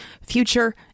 Future